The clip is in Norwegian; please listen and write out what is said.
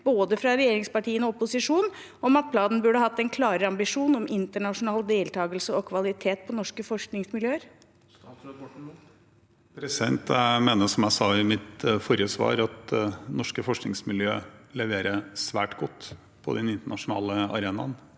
både regjeringspartiene og opposisjonen om at planen burde hatt en klarere ambisjon om internasjonal deltakelse og kvalitet på norske forskningsmiljøer? Statsråd Ola Borten Moe Jeg mener, som jeg sa i mitt forrige svar, at norske forskningsmiljøer leverer svært godt på den internasjonale arenaen.